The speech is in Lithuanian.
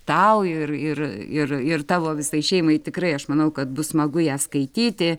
tau ir ir ir ir tavo visai šeimai tikrai aš manau kad bus smagu ją skaityti